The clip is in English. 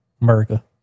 America